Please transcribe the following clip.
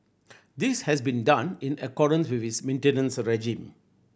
this has been done in accordance with its maintenance regime